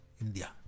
India